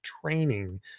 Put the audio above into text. training